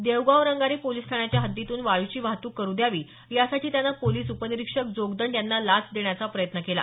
Devgaon Rangari police ठाण्याच्या हद्दीतून वाळूची वाहतूक करु द्यावी यासाठी त्यानं पोलिस उपनिरीक्षक जोगदंड यांना लाच देण्याचा प्रयत्न केला